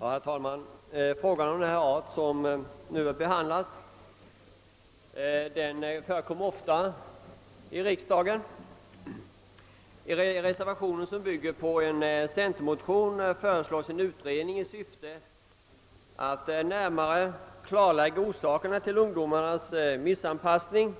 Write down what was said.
Herr talman! Frågor av den art som nu behandlas förekommer ofta i riksdagen. I reservationen, som bygger på en centerpartimotion, föreslås en utredning i syfte att närmare klarlägga orsakerna till ungdomars missanpassning